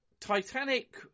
titanic